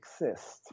exist